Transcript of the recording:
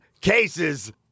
cases